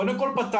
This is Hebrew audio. קודם כל פתחנו